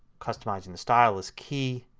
customizing the style is key